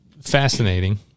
fascinating